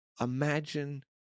imagine